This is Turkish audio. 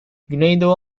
güneydoğu